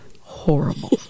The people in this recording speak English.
horrible